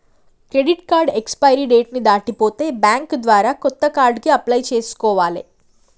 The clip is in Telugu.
క్రెడిట్ కార్డు ఎక్స్పైరీ డేట్ ని దాటిపోతే బ్యేంకు ద్వారా కొత్త కార్డుకి అప్లై చేసుకోవాలే